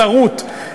סרוט,